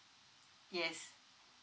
yes